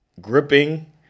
gripping